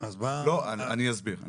אני אסביר.